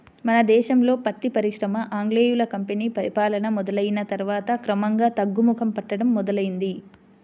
మన దేశంలో పత్తి పరిశ్రమ ఆంగ్లేయుల కంపెనీ పరిపాలన మొదలయ్యిన తర్వాత క్రమంగా తగ్గుముఖం పట్టడం మొదలైంది